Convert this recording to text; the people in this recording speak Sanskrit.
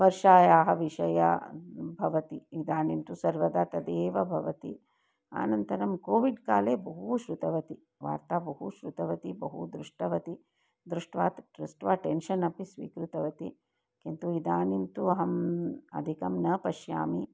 वर्षायाः विषयाः भवन्ति इदानीं तु सर्वदा तदेव भवति अनन्तरं कोविड् काले बहु श्रुतवती वार्ता बहु श्रुतवती बहु दृष्टवती दृष्ट्वा दृष्ट्वा टेन्शन् अपि स्वीकृतवती किन्तु इदानीं तु अहम् अधिकं न पश्यामि